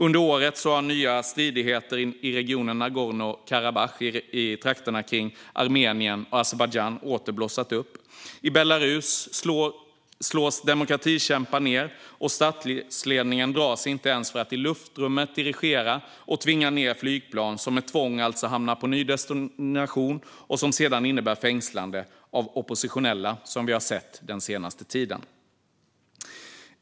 Under året har nya stridigheter i regionen Nagorno-Karabach i trakterna kring Armenien och Azerbajdzjan åter blossat upp. I Belarus slås demokratikämpar ned, och statsledningen drar sig inte ens för att i luftrummet dirigera och tvinga ned flygplan. De hamnar alltså med tvång på en ny destination, och det innebär sedan fängslande av oppositionella, som vi har sett den senaste tiden.